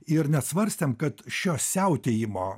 ir nesvarstėm kad šio siautėjimo